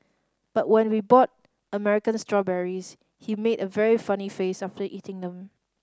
but when we bought American strawberries he made a very funny face after eating them